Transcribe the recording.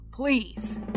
Please